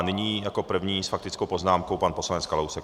Nyní jako první s faktickou poznámkou pan poslanec Kalousek.